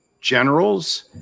generals